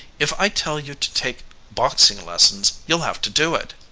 if i tell you to take boxing-lessons you'll have to do it.